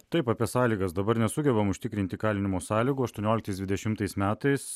taip apie sąlygas dabar nesugebam užtikrinti kalinimo sąlygų aštuonioliktais dvidešimtais metais